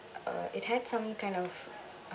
uh it had some kind of